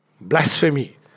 blasphemy